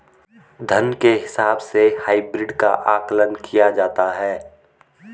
धन के हिसाब से हाइब्रिड का आकलन किया जाता है